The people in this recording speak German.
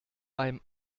beim